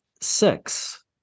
six